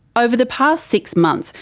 over the past six months,